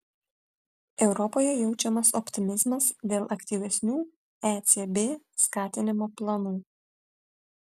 europoje jaučiamas optimizmas dėl aktyvesnių ecb skatinimo planų